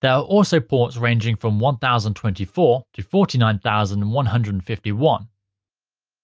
there are also ports ranging from one thousand and twenty four to forty nine thousand and one hundred and fifty one